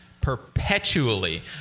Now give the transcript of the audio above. perpetually